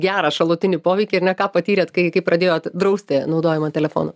gerą šalutinį poveikį ir ne ką patyrėt kai kai pradėjot drausti naudojimą telefonų